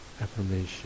affirmation